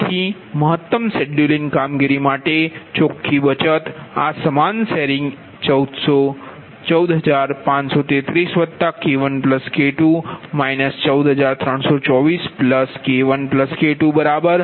તેથી મહત્તમ શેડ્યૂલિંગ કામગીરી માટે ચોખ્ખી બચત આ સમાન શેરિંગ 14533K1K2 14324K1K2209Rshr છે